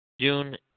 June